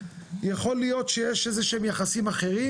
יכול להיות שיש יחסים אחרים,